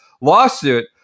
lawsuit